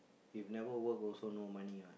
if never work also no money what